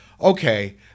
Okay